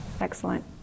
Excellent